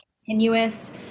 continuous